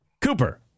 Cooper